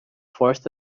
forced